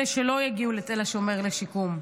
אלה שלא יגיעו לתל השומר לשיקום.